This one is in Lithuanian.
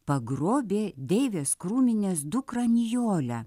pagrobė deivės krūminės dukrą nijolę